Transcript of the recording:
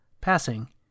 Passing